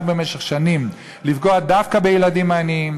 במשך שנים לפגוע דווקא בילדים עניים,